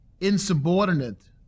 insubordinate